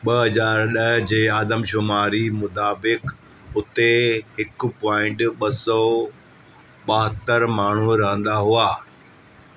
ॿ हज़ार ॾह जे आदमशुमारी मुताबिक़ उते हिकु पॉइंट ॿ सौ ॿाहतरि माण्हू रहंदा हुआ